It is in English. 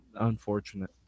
unfortunate